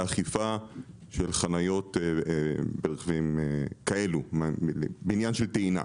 אכיפה של חניות ברכבים כאלו בעניין טעינה.